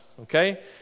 Okay